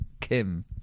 Kim